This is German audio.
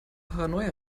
paranoia